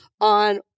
on